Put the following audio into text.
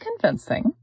convincing